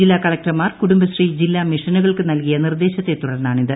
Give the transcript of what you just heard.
ജില്ലാ കളക്ടർമാർ കുടുംബശ്രീ ജില്ലാ മിഷനുകൾക്ക് നൽകിയ നിർദേശത്തെ തുടർന്നാണിത്